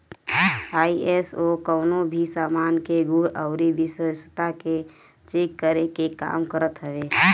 ISO कवनो भी सामान के गुण अउरी विशेषता के चेक करे के काम करत हवे